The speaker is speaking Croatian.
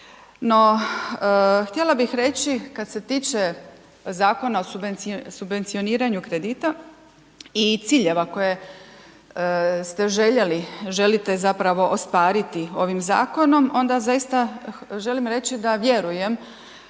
No, htjela bih reći, kad se tiče Zakona o subvencioniranju kredita i ciljeva koje ste željeli, želite zapravo ostvariti ovim zakonom, onda zaista želim reći da vjerujem